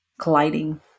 colliding